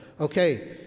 okay